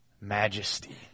majesty